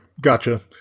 gotcha